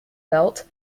built